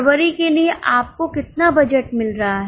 फरवरी के लिए आपको कितना बजट मिल रहा है